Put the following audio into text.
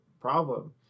problem